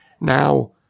Now